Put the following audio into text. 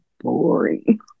boring